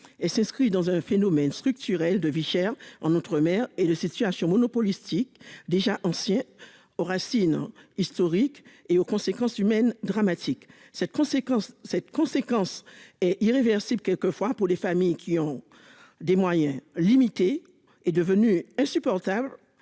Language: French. et s'inscrit dans un phénomène structurel de Vie chère en Outre-mer et de situation monopolistique déjà ancien, aux racines historiques et aux conséquences humaines dramatiques cette conséquence cette conséquence est irréversible, quelques fois pour les familles qui ont des moyens limités, est devenue insupportable